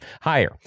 higher